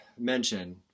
mention